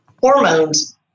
Hormones